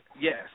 Yes